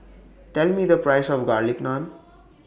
Tell Me The Price of Garlic Naan